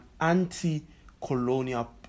anti-colonial